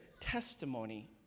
testimony